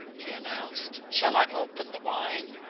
he announced. shall i open the wine?